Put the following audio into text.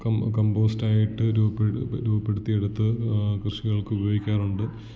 കമ്പോസ്റ്റായിട്ട് രൂപപ്പെടുത്തിയെടുത്ത് കൃഷികൾക്ക് ഉപയോഗിക്കാറുണ്ട്